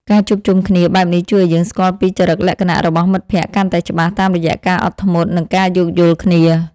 ការជួបជុំគ្នាបែបនេះជួយឱ្យយើងស្គាល់ពីចរិតលក្ខណៈរបស់មិត្តភក្តិកាន់តែច្បាស់តាមរយៈការអត់ធ្មត់ និងការយោគយល់គ្នា។